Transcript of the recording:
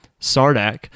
Sardak